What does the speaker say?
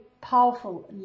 powerful